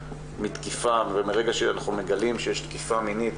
בתקיפה וברגע שאנחנו מגלים שיש תקיפה מינית,